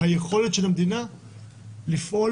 היכולת של המדינה לפעול,